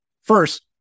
First